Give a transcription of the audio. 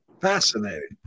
Fascinating